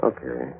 Okay